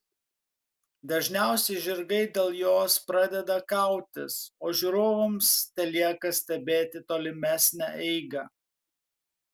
dažniausiai žirgai dėl jos pradeda kautis o žiūrovams telieka stebėti tolimesnę eigą